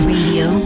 Radio